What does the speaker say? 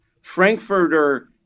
Frankfurter